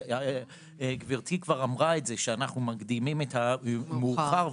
גברתי כבר אמרה שאנחנו מקדימים את המאוחר,